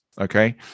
okay